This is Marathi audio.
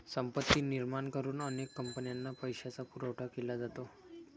संपत्ती निर्माण करून अनेक कंपन्यांना पैशाचा पुरवठा केला जातो